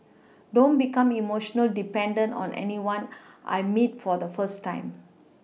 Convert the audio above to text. don't become emotionally dependent on anyone I meet for the first time